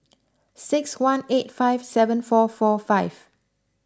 six one eight five seven four four five